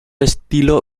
estilo